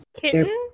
Kitten